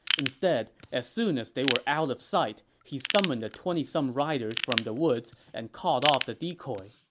instead, as soon as they were out of sight, he summoned the twenty some riders from the woods and called off the decoy.